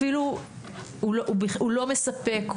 אפילו הוא לא מספק,